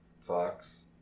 Fox